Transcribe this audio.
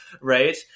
right